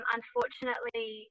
Unfortunately